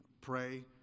pray